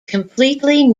completely